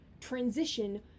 transition